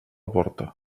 porta